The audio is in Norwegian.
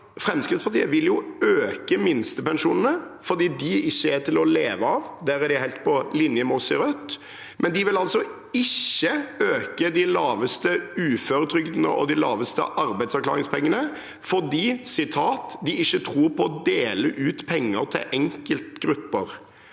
Fremskrittspartiet vil jo øke minstepensjonene fordi de ikke er til å leve av – der er de helt på linje med oss i Rødt – men de vil altså ikke øke de laveste uføretrygdene og de laveste arbeidsavklaringspengene fordi de ikke tror på å dele ut penger til enkeltgrupper.